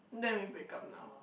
then we break up now